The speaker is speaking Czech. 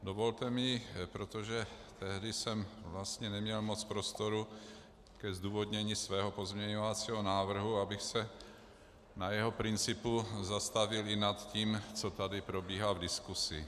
Dovolte mi, protože tehdy jsem neměl vlastně moc prostoru ke zdůvodnění svého pozměňovacího návrhu, abych se na jeho principu zastavil, i nad tím, co tady probíhá v diskusi.